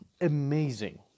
amazing